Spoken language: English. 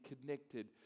connected